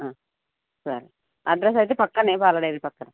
సరే అడ్రస్ అయితే పక్కనే పాల డైరీ పక్కన